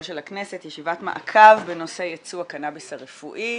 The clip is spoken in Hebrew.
של הכנסת ישיבת מעקב בנושא ייצוא הקנאביס הרפואי.